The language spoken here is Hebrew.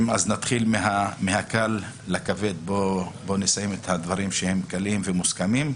בוא נתחיל עם הדברים המוסכמים,